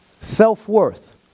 self-worth